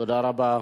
תודה רבה.